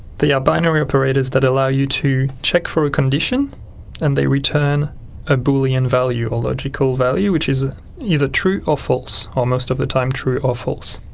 they are binary operators that allow you to check for a condition and they return a boolean value or logical value which is either true or false, or most of the time true or false.